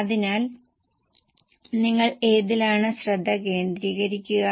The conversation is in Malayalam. അതിനാൽ നിങ്ങൾ ഏതിലാണ് ശ്രദ്ധ കേന്ദ്രീകരിക്കുക